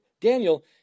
Daniel